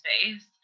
space